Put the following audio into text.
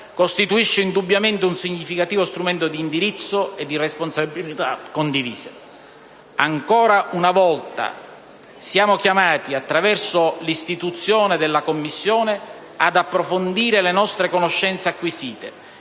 costituisce indubbiamente un significativo strumento di indirizzo e di responsabilità condivise. Ancora una volta, attraverso l'istituzione della Commissione d'inchiesta, siamo chiamati ad approfondire le nostre conoscenze acquisite